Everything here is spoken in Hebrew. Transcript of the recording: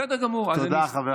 בסדר גמור, תודה, חבר הכנסת קרעי.